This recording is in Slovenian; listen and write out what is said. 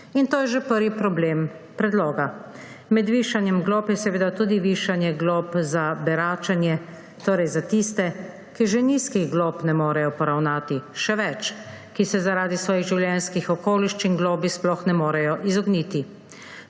To je že prvi problem predloga. Med višanjem glob je seveda tudi višanje glob za beračenje, torej za tiste, ki že nizkih glob ne morejo poravnati. Še več, ki se zaradi svojih življenjskih okoliščin globi sploh ne morejo izogniti.